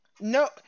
No